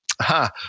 Ha